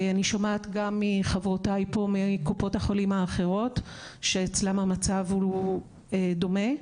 אני שומעת גם מחברותיי פה מקופות החולים האחרות שאצלן המצב הוא דומה.